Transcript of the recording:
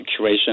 curation